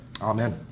Amen